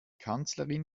kanzlerin